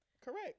Correct